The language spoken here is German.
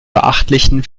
beachtlichen